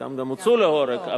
חלקם גם הוצאו להורג.